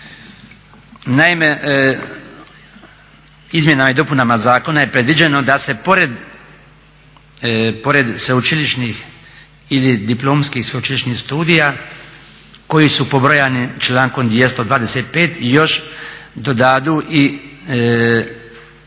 Naime, izmjenama i dopunama zakona je predviđeno da se pored sveučilišnih ili diplomskih sveučilišnih studija koji su pobrojani člankom 225. i još dodadu i